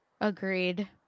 Agreed